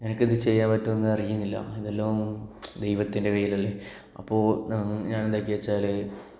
എനിക്കിത് ചെയ്യാൻ പറ്റുമൊ എന്നറിയില്ല ഇത് എല്ലാം ദൈവത്തിന്റെ കൈയ്യിലല്ലേ അപ്പോൾ ഞാൻ എന്താക്കിയെന്ന് വെച്ചാല്